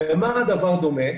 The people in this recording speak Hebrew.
למה הדבר דומה?